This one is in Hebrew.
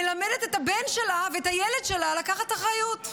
מלמדים את הבן שלהם, את הילד שלהם, לקחת אחריות.